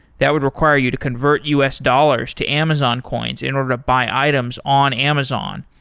that would require you to convert us dollars to amazon coins in order to buy items on amazon,